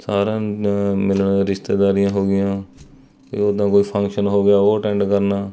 ਸਾਰਿਆਂ ਨੂੰ ਮਿਲਣ ਰਿਸ਼ਤੇਦਾਰੀਆਂ ਹੋ ਗਈਆਂ ਅਤੇ ਉੱਦਾਂ ਕੋਈ ਫੰਕਸ਼ਨ ਹੋ ਗਿਆ ਉਹ ਅਟੈਂਡ ਕਰਨਾ